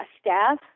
staff